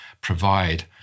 provide